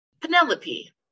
Penelope